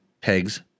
pegs